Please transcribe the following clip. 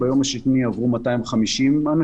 ביום השני עברו 250 אנשים.